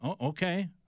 okay